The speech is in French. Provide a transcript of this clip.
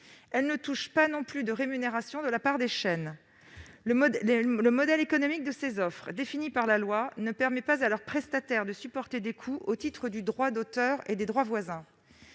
Elles ne touchent pas non plus de rémunération de la part des chaînes. Le modèle économique de ces offres, défini par la loi, ne permet pas à leurs prestataires de supporter des coûts au titre du droit d'auteur et des droits voisins.